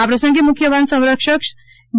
આ પ્રસંગે મુખ્ય વન સંરક્ષક ડી